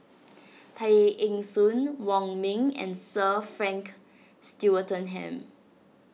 Tay Eng Soon Wong Ming and Sir Frank Swettenham